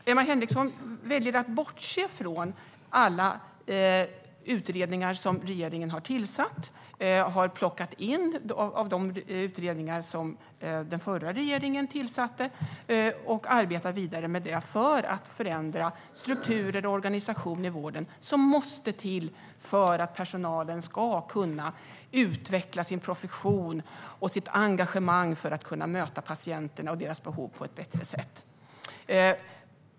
Herr talman! Jag ber om ursäkt för detta slarv. Givetvis är det reservation nr 23 jag yrkar bifall till. Tack för påpekandet, herr talman! Herr talman! Emma Henriksson väljer att bortse från de utredningar som regeringen har tillsatt och de utredningar som den förra regeringen tillsatte och som regeringen har plockat in och arbetar vidare med för att få den förändring av strukturer och organisation i vården som måste till för att personalen ska kunna utveckla sin profession och sitt engagemang och kunna möta patienterna och deras behov på ett bättre sätt.